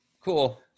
cool